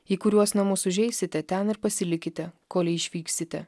į kuriuos namus užeisite ten ir pasilikite kolei išvyksite